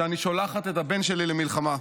שאני שולחת את הבן שלי למלחמה.